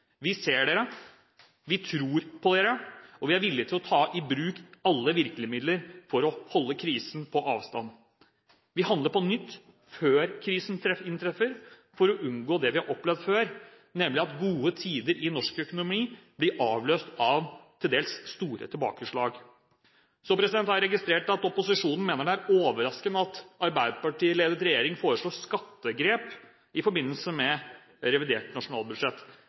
Vi ser dere, vi tror på dere, og vi er villige til å ta i bruk alle virkemidler for å holde krisen på avstand. Vi handler på nytt før krisen inntreffer, for å unngå det vi har opplevd før, nemlig at gode tider i norsk økonomi blir avløst av til dels store tilbakeslag. Jeg har registrert at opposisjonen mener det er overraskende at en arbeiderpartiledet regjering foreslår skattegrep i forbindelse med revidert nasjonalbudsjett.